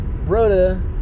Rhoda